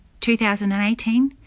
2018